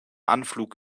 anflug